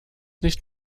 nicht